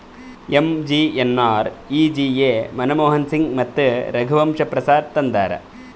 MGNREGA Manmohan Singh ಮತ್ತ ರಘುವಂಶ ಪ್ರಸಾದ್ ಸಿಂಗ್ ತಂದಾರ್